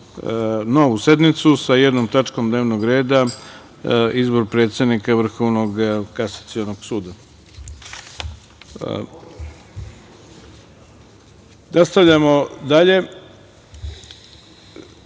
novu sednicu sa jednom tačkom dnevnog reda – Izbor predsednika Vrhovnog kasacionog